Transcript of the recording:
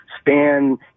span